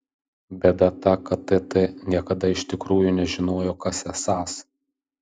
bėda ta kad tt niekada iš tikrųjų nežinojo kas esąs